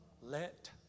Let